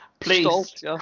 Please